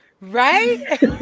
Right